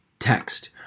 text